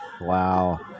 wow